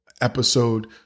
episode